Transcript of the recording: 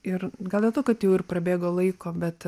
ir gal dėl to kad jau prabėgo laiko bet